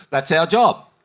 that's our job,